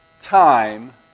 time